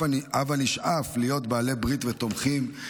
הבה נשאף להיות בעלי ברית ותומכים,